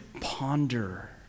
ponder